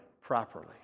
properly